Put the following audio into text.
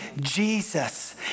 jesus